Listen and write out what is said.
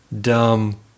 dumb